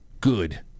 good